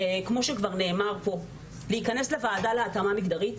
כמו שכבר נאמר פה - להיכנס לוועדה להתאמה מגדרית